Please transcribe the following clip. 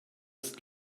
ist